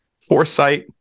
foresight